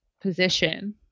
position